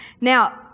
Now